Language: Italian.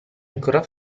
ancora